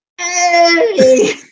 Hey